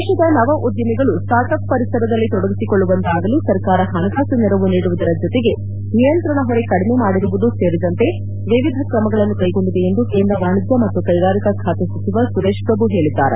ದೇಶದ ನವ ಉದ್ಯಮಿಗಳು ಸ್ನಾರ್ಡ್ ಅಪ್ ಪರಿಸರದಲ್ಲಿ ತೊಡಗಿಸಿಕೊಳ್ಳುವಂತಾಗಲು ಸರ್ಕಾರ ಹಣಕಾಸು ನೆರವು ನೀಡುವುದರ ಜೊತೆಗೆ ನಿಯಂತ್ರಣ ಹೊರೆ ಕಡಿಮೆ ಮಾಡಿರುವುದು ಸೇರಿದಂತೆ ವಿವಿಧ ಕ್ರಮಗಳನ್ನು ಕ್ವೆಗೊಂಡಿದೆ ಎಂದು ಕೇಂದ್ರ ವಾಣಿಜ್ನ ಮತ್ತು ಕ್ವೆಗಾರಿಕಾ ಖಾತೆ ಸಚಿವ ಸುರೇಶ್ ಪ್ರಭು ಹೇಳಿದ್ದಾರೆ